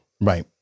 Right